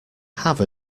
have